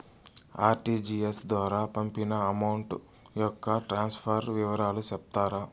RTGS ద్వారా పంపిన amount యొక్క ట్రాన్స్ఫర్ వివరాలు సెప్తారా